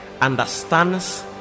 understands